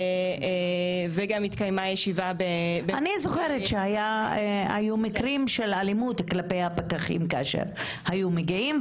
אני זוכרת שהיו מקרים של אלימות כלפי הפקחים כאשר היו מגיעים,